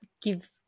give